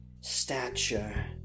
stature